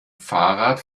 fahrrad